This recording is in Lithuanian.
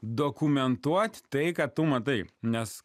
dokumentuoti tai ką tu matai nes